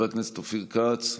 וחבר הכנסת אופיר כץ,